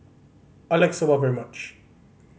I like Soba very much